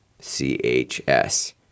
CHS